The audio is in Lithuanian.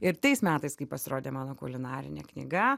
ir tais metais kai pasirodė mano kulinarinė knyga